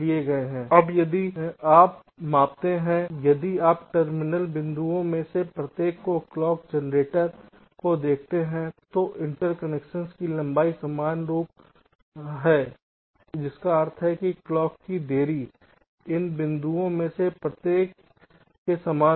अब यदि आप मापते हैं यदि आप टर्मिनल बिंदुओं में से प्रत्येक को क्लॉक जनरेटर से देखते हैं तो इंटरकनेक्शन की लंबाई समान है जिसका अर्थ है कि क्लॉक्स की देरी इन बिंदुओं में से प्रत्येक के समान होगी